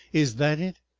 is that it?